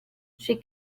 she